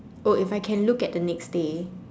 oh if I can look at the next day